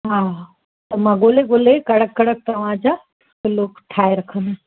हा त मां ॻोल्हे ॻोल्हे कड़क कड़क तव्हांजा किलो ठाहे रखंदमि